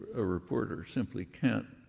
a reporter simply can't